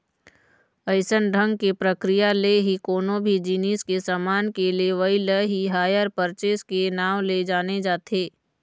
अइसन ढंग के प्रक्रिया ले ही कोनो भी जिनिस के समान के लेवई ल ही हायर परचेस के नांव ले जाने जाथे